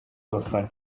abafana